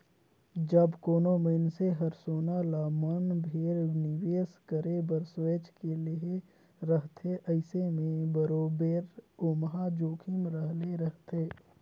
जब कोनो मइनसे हर सोना ल मन भेर निवेस करे बर सोंएच के लेहे रहथे अइसे में बरोबेर ओम्हां जोखिम रहले रहथे